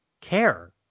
care